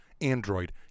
Android